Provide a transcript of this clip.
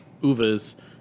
Uva's